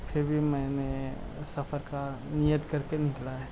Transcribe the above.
پھر بھی میں نے سفر کا نیت کر کے نکلا ہے